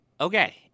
Okay